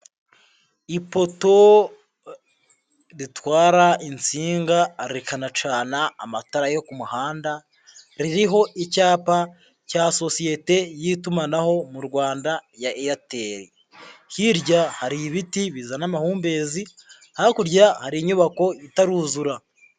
Ipoto ritwara insinga rikanacana amatara yo ku muhanda, ririho icyapa cya sosiyete y'itumanaho mu Rwanda ya Airtel, hirya hari ibiti bizana amahumbezi, hakurya hari inyubako itaruzura.